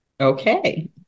Okay